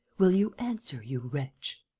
will you answer, you wretch